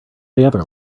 together